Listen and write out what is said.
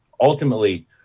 ultimately